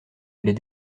les